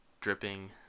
dripping